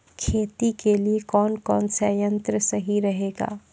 खेती के लिए कौन कौन संयंत्र सही रहेगा?